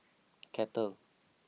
kettle